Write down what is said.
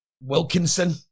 Wilkinson